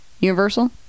universal